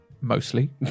mostly